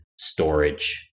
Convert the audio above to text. storage